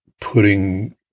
putting